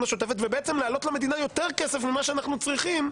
השוטפת ובעצם לעלות למדינה יותר כסף מכפי שאנחנו צריכים,